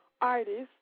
artists